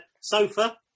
sofa